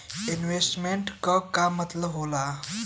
Investment क का मतलब हो ला?